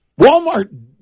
Walmart